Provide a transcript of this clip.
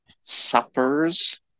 suffers